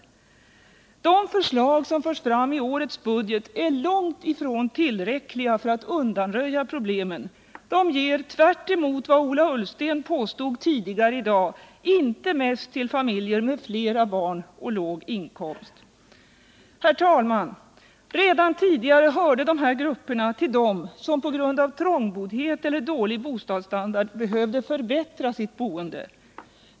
De förslag som förs fram i årets budget är långt ifrån tillräckliga för att undanröja problemen. De ger tvärtemot vad Ola Ullsten påstod tidigare i dag inte mest till familjer med fler barn och låg inkomst. Redan tidigare hörde dessa grupper till dem som på grund av trångboddhet eller dålig bostadsstandard behövde förbättra sitt boende.